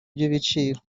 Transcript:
ry’ibiciro